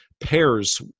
pairs